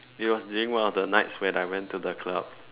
it was during one of the nights when I went to the club